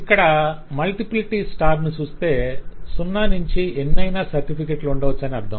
ఇక్కడ multiplicity star ని చూస్తే సున్నా నుంచి ఎన్నయినా సర్టిఫికేట్లు ఉండవచ్చని అర్ధం